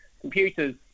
computers